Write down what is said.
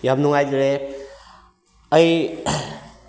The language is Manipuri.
ꯌꯥꯝꯅ ꯅꯨꯡꯉꯥꯏꯖꯔꯦ ꯑꯩ